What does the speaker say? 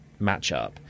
matchup